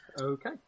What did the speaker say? Okay